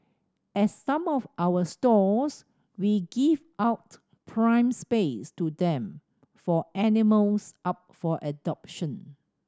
at some of our stores we give out prime space to them for animals up for adoption